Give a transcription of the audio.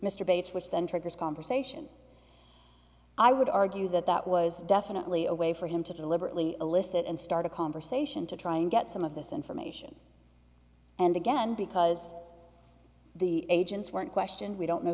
mr bates which then triggers conversation i would argue that that was definitely a way for him to deliberately elicit and start a conversation to try and get some of this information and again because the agents weren't questioned we don't know